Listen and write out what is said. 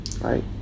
right